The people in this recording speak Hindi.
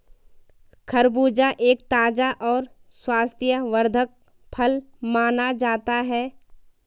खरबूजा एक ताज़ा और स्वास्थ्यवर्धक फल माना जाता है